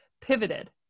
pivoted